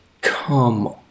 Come